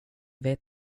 vet